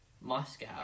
Moscow